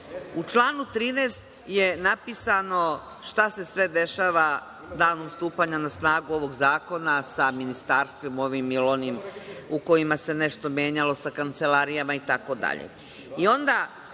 članu 13. je napisano šta se sve dešava danom stupanja na snagu ovog zakona sa ministarstvom, ovim ili onim, u kojima se nešto menjalo sa kancelarijama itd. Onda